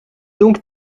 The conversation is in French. donc